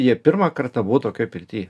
jie pirmą kartą buvo tokioj pirty